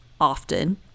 often